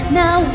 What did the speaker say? now